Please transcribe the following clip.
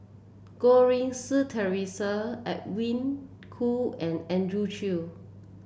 Goh Rui Si Theresa Edwin Koo and Andrew Chew